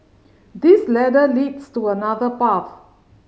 this ladder leads to another path